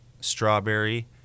strawberry